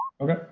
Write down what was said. okay